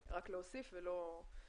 אלא באים רק להוסיף ולא לגרוע.